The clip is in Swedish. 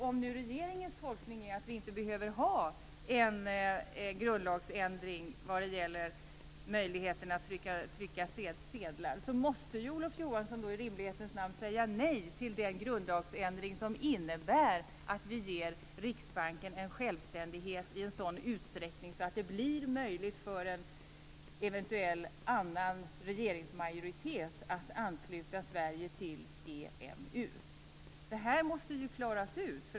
Om nu regeringens tolkning är att vi inte behöver ha en grundlagsändring vad gäller möjligheten att trycka sedlar, måste Olof Johansson i rimlighetens namn säga nej till den grundlagsändring som innebär att vi ger Riksbanken självständighet i en sådan utsträckning att det blir möjligt för en eventuell annan regeringsmajoritet att ansluta Sverige till EMU. Detta måste klaras ut.